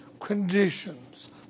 conditions